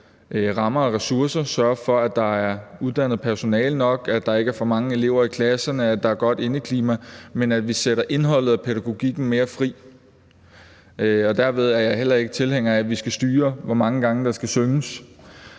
rammer og ressourcer, sørger for, at der er uddannet personale nok, at der ikke er for mange elever i klasserne, at der er godt indeklima, men sætter indholdet og pædagogikken mere fri. Derved er jeg heller ikke tilhænger af, at vi skal styre, hvor mange gange der skal synges.